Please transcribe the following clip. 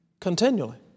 continually